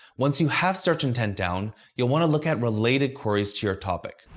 once you have search intent down, you'll want to look at related queries to your topic.